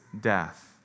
death